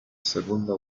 segunda